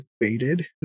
debated